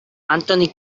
anthony